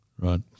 Right